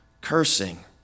cursing